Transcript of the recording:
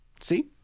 See